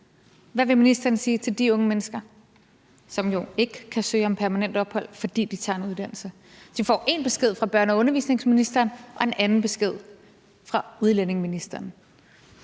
Hvad vil ministeren sige til de unge mennesker, som jo ikke kan søge om permanent ophold, fordi de tager en uddannelse? De får én besked fra børne- og undervisningsministeren og en anden besked fra udlændingeministeren.